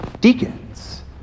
deacons